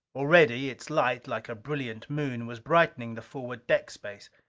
already its light, like a brilliant moon, was brightening the forward deck space.